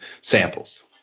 samples